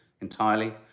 entirely